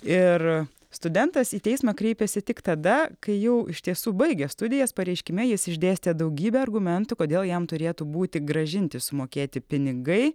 ir studentas į teismą kreipėsi tik tada kai jau iš tiesų baigė studijas pareiškime jis išdėstė daugybę argumentų kodėl jam turėtų būti grąžinti sumokėti pinigai